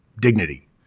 dignity